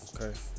Okay